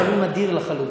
אבל הוא נדיר לחלוטין,